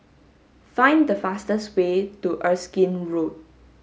find the fastest way to Erskine Road